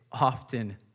often